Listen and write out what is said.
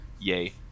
yay